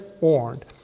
warned